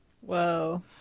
whoa